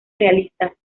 realistas